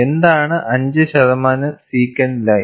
എന്താണ് 5 ശതമാനം secant line